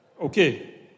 Okay